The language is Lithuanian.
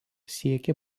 siekė